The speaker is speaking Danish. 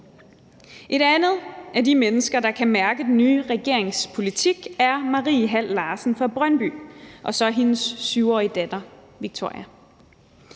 Et andet af de mennesker, der kan mærke den nye regerings politik, er Marie Larsen fra Brøndby og så hendes 7-årige datter, Victoria.